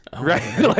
Right